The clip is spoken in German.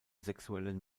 sexuellen